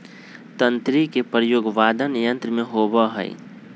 तंत्री के प्रयोग वादन यंत्र में होबा हई